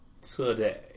today